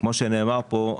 כמו שנאמר כאן,